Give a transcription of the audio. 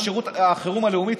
את רשות החירום הלאומית,